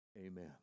amen